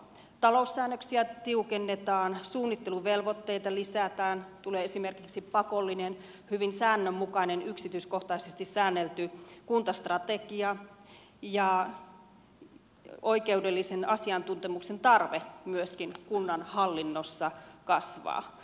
taloussäännöksiä tiukennetaan suunnitteluvelvoitteita lisätään tulee esimerkiksi pakollinen hyvin säännönmukainen yksityiskohtaisesti säännelty kuntastrategia ja oikeudellisen asiantuntemuksen tarve myöskin kunnan hallinnossa kasvaa